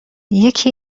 یکی